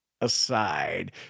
Aside